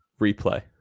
replay